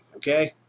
Okay